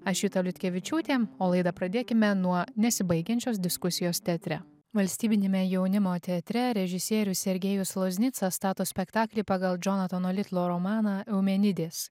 aš juta liutkevičiūtė o laidą pradėkime nuo nesibaigiančios diskusijos teatre valstybiniame jaunimo teatre režisierius sergėjus loznicas stato spektaklį pagal džonatono litlo romaną eumenidės